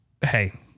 hey